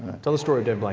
tell the story, david. like